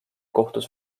kohtus